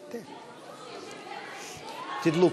ובתי-משפט,